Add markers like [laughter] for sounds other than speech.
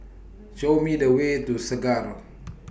[noise] Show Me The Way to Segar [noise]